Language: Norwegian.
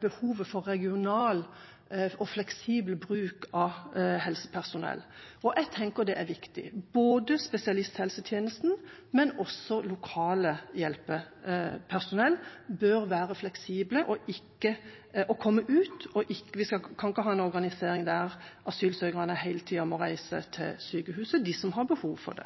behovet for regional og fleksibel bruk av helsepersonell, og jeg tenker at det er viktig. Både spesialisthelsetjenesten og lokalt hjelpepersonell bør være fleksible og reise ut. Vi kan ikke ha en organisering der asylsøkere som har behov, alltid må reise til sykehuset.